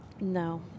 No